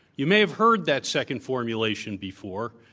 you may have heard that second formulation before.